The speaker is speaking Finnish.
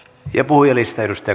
ja puhujalistaan